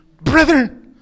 Brethren